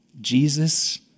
Jesus